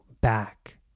back